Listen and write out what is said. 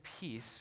peace